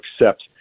accept